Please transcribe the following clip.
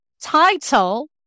title